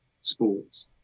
sports